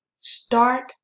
start